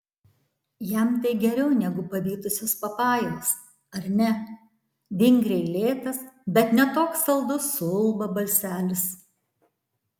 jam tai geriau negu pavytusios papajos ar ne vingriai lėtas bet ne toks saldus suulba balselis